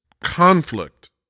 conflict